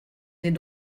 n’est